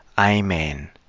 Amen